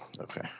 okay